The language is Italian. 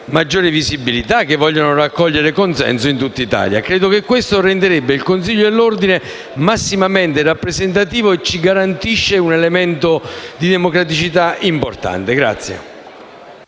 maggiore visibilità e vogliono raccogliere consenso in tutta Italia. Questo renderebbe il Consiglio dell'Ordine massimamente rappresentativo e ci garantirebbe un elemento di democraticità importante.